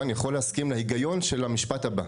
יכול להסכים להגיון של המשפט הבא: